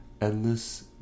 endless